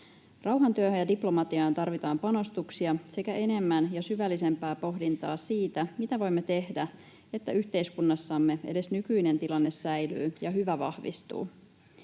Rauhantyöhön ja diplomatiaan tarvitaan panostuksia sekä enemmän ja syvällisempää pohdintaa siitä, mitä voimme tehdä, että yhteiskunnassamme edes nykyinen tilanne säilyy ja hyvä vahvistuu.